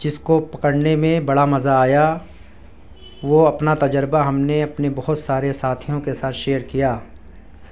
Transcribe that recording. جس کو پکڑنے میں بڑا مزہ آیا وہ اپنا تجربہ ہم نے اپنے بہت سارے ساتھیوں کے ساتھ شیئر کیا